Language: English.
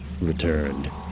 returned